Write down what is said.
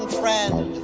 friend